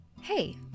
Hey